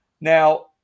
Now